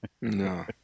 No